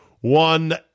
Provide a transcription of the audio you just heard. One